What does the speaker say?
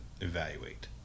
evaluate